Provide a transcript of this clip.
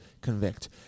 convict